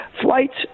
flights